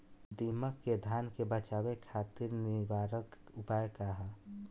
दिमक से धान के बचावे खातिर निवारक उपाय का ह?